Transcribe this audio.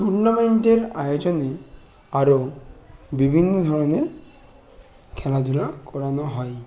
টুর্নামেন্টের আয়োজনে আরও বিভিন্ন ধরনের খেলাধূলা করানো হয়